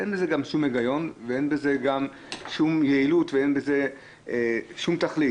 אין בזה גם שום היגיון ואין בזה גם שום יעילות ואין בזה שום תכלית,